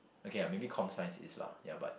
okay ah maybe com science is lah ya but